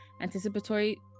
anticipatory